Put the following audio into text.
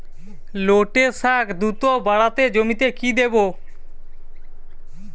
লটে শাখ দ্রুত বাড়াতে জমিতে কি দেবো?